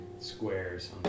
squares